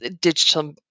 digital